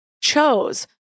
chose